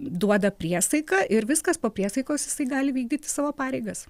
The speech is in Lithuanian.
duoda priesaiką ir viskas po priesaikos jisai gali vykdyti savo pareigas